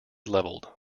levelled